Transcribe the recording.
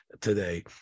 today